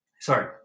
Sorry